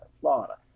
Florida